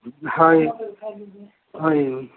ହଁ ହଁ